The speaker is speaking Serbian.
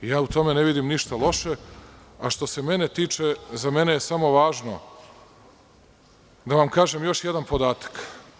Ja u tome ne vidim ništa loše, a što se mene tiče, za mene je samo važno da vam kažem još jedan podatak.